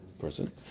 person